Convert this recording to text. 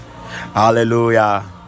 hallelujah